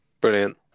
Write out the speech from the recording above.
Brilliant